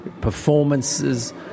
performances